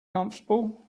comfortable